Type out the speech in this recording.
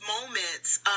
moments